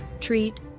treat